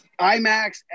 IMAX